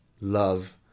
Love